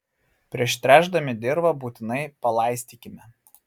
prieš tręšdami dirvą būtinai palaistykime